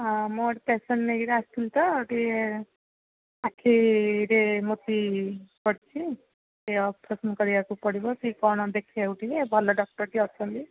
ହଁ ମୁଁ ଗୋଟେ ପେସେଣ୍ଟ ନେଇ କିରି ଆସିଥିଲି ତ ଟିକେ ଆଖିରେ ମୋତି ପଡ଼ିଛି ସେ ଅପରେସନ୍ କରିବାକୁ ପଡ଼ିବ ସେ କ'ଣ ଥିବେ ଭଲ ଡକ୍ଟର କିଏ ଅଛନ୍ତି